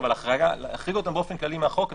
אבל להחריג אותם באופן כללי מהחוק זה